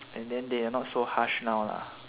and then they are not so harsh now lah